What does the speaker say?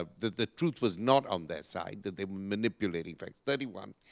ah that the truth was not on their side, that they were manipulating facts, thirty one.